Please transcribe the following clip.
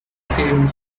same